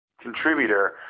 contributor